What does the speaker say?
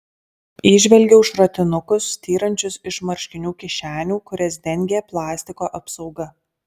įžvelgiau šratinukus styrančius iš marškinių kišenių kurias dengė plastiko apsauga